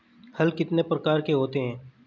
हल कितने प्रकार के होते हैं?